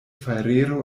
fajrero